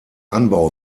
anbau